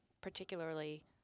particularly